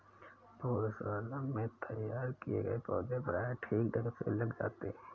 पौधशाला में तैयार किए गए पौधे प्रायः ठीक ढंग से लग जाते हैं